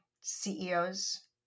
CEOs